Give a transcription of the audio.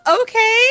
Okay